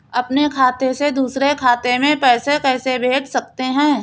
अपने खाते से दूसरे खाते में पैसे कैसे भेज सकते हैं?